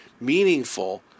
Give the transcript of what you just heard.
meaningful